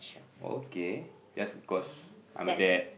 okay just because I'm a dad